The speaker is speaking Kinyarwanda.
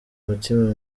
mutima